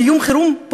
דיון חירום,